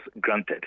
granted